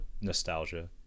nostalgia